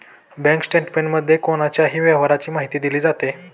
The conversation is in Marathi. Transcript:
बँक स्टेटमेंटमध्ये कोणाच्याही व्यवहाराची माहिती दिली जाते